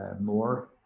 more